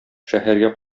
шәһәргә